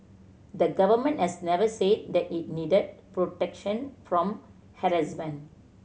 the Government has never said that it needed protection from harassment